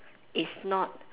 is not